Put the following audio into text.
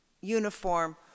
uniform